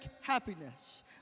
happiness